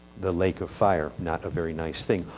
the lake of fire. not a very nice thing.